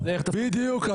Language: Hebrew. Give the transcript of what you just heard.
בדיוק.